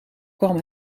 kwam